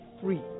free